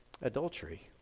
Adultery